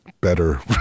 better